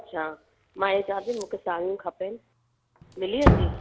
अच्छा मां हीअ चवां थी मूंखे साड़ियूं खपनि मिली वेंदी